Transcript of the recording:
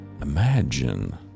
Imagine